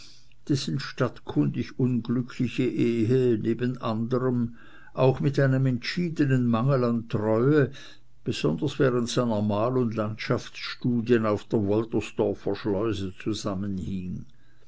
dessen stadtkundig unglückliche ehe neben anderem auch mit einem entschiedenen mangel an treue besonders während seiner mal und landschaftsstudien auf der woltersdorfer